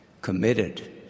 committed